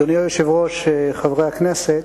אדוני היושב-ראש, חברי הכנסת,